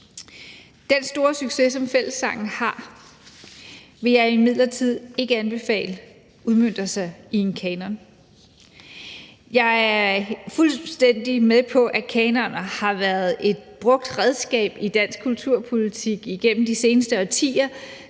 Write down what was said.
Den store succes, som fællessangen har, vil jeg imidlertid ikke anbefale udmønter sig i en kanon. Jeg er fuldstændig med på, at kanoner har været et brugt redskab i dansk kulturpolitik igennem de seneste årtier